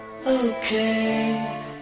Okay